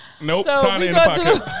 Nope